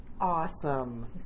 awesome